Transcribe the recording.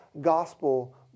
gospel